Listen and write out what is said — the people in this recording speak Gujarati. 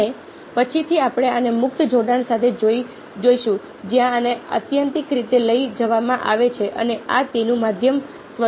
અને પછીથી આપણે આને મુક્ત જોડાણ સાથે જોઈશું જ્યાં આને આત્યંતિક રીતે લઈ જવામાં આવે છે અને આ તેનું મધ્યમ સ્વરૂપ છે